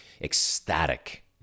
ecstatic